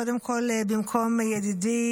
קודם כול, במקום ידידי